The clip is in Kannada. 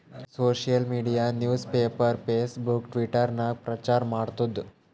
social media newspaper, Facebook, Twitter ನಾಗ್ ಪ್ರಚಾರ್ ಮಾಡ್ತುದ್